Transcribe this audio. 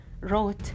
wrote